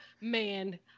Man